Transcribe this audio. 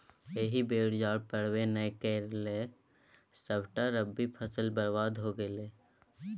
एहि बेर जाड़ पड़बै नै करलै सभटा रबी फसल बरबाद भए गेलै